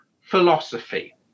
philosophy